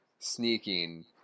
sneaking